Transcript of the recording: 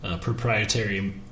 proprietary